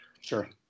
Sure